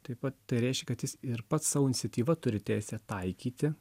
taip pat tai reiškia kad jis ir pats savo iniciatyva turi teisę taikyti